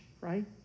right